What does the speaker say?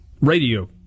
radio